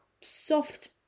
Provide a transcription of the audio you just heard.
soft